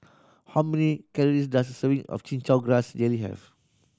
how many calories does a serving of Chin Chow Grass Jelly have